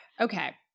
Okay